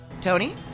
Tony